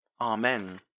Amen